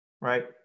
Right